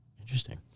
Interesting